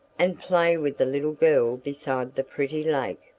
and play with the little girl beside the pretty lake.